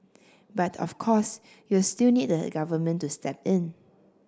but of course you'll still need the Government to step in